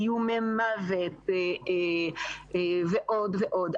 איומי מוות ועוד ועוד,